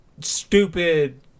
Stupid